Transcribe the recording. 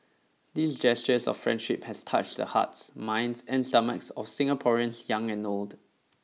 these gestures of friendship has touched the hearts minds and stomachs of Singaporeans young and old